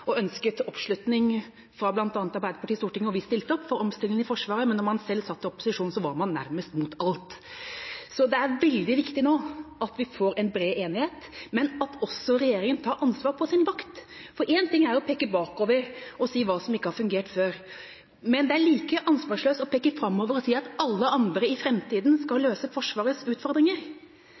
og ønsket oppslutning fra bl.a. Arbeiderpartiet i Stortinget, og vi stilte opp for omstillinga i Forsvaret, men da man selv satt i opposisjon, var man nærmest mot alt. Så det er veldig viktig nå at vi får en bred enighet, men at også regjeringa tar ansvar på sin vakt. For en ting er å peke bakover og si hva som ikke har fungert før, men det er like ansvarsløst å peke framover og si at alle andre i framtiden skal løse Forsvarets utfordringer.